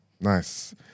Nice